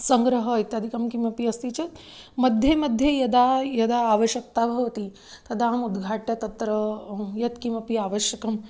सङ्ग्रहः इत्यादिकं किमपि अस्ति चेत् मध्ये मध्ये यदा यदा आवश्यकता भवति तदाहम् उद्घाट्य तत्र यत्किमपि आवश्यकम्